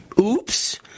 Oops